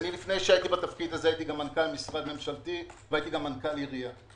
לפני שהייתי בתפקיד הזה הייתי מנכ"ל משרד ממשלתי והייתי מנכ"ל עירייה.